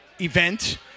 event